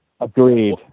Agreed